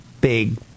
big